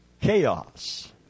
chaos